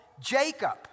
Jacob